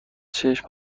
چشم